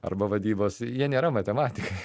arba vadybos jie nėra matematikai